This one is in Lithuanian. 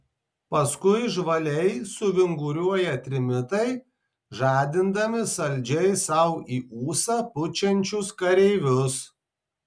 paskui žvaliai suvinguriuoja trimitai žadindami saldžiai sau į ūsą pučiančius kareivius